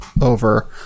over